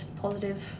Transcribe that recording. positive